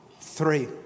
Three